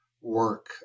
work